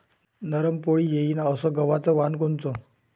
नरम पोळी येईन अस गवाचं वान कोनचं?